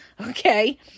Okay